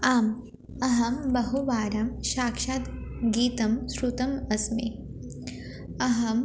आम् अहं बहुवारं साक्षाद् गीतं शृतम् अस्मि अहम्